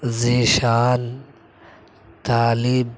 Zeeshan Talib